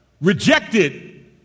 rejected